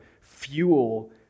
fuel